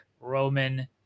Roman